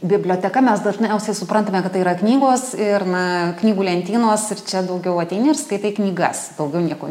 biblioteka mes dažniausiai suprantame kad tai yra knygos ir na knygų lentynos ir čia daugiau ateini ir skaitai knygas daugiau nieko